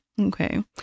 Okay